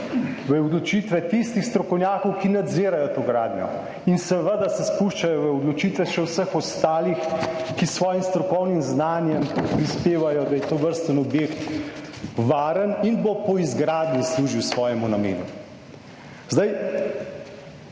v odločitve tistih strokovnjakov, ki nadzirajo to gradnjo in seveda se spuščajo v odločitve še vseh ostalih, ki s svojim strokovnim znanjem prispevajo, da je tovrsten objekt varen in bo po izgradnji služil svojemu namenu. Zdaj,